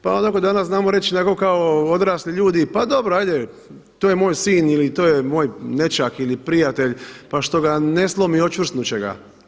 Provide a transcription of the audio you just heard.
Pa onako danas znamo reći onako kao odrasli ljudi, pa dobro, ajde, to je moj sin ili to je moj nećak ili prijatelj pa što ga ne slomi, očvrsnuti će ga.